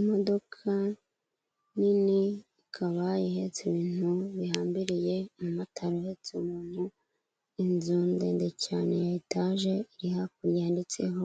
Imodoka nini ikaba ihetse ibintu bihambiriye, umumotari uhetse umuntu, inzu ndende cyane ya etaje iri hakurya yanditseho